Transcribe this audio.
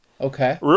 Okay